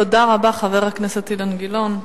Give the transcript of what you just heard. תודה רבה, חבר הכנסת אילן גילאון.